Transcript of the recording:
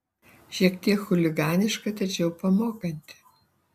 šiek tiek chuliganiška tačiau pamokanti